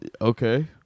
Okay